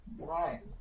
right